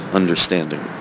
understanding